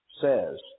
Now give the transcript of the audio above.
says